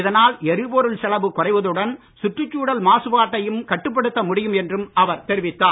இதனால் எரிபொருள் செலவு குறைவதுடன் சுற்றுச்சூழல் மாசுபாட்டையும் கட்டுப்படுத்த முடியும் என்று அவர் தெரிவித்தார்